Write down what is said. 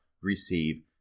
receive